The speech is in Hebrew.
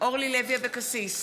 אורלי לוי אבקסיס,